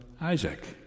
Isaac